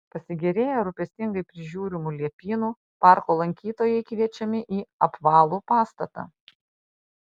pasigėrėję rūpestingai prižiūrimu liepynu parko lankytojai kviečiami į apvalų pastatą